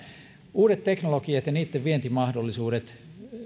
uudet teknologiat ja niiden vientimahdollisuudet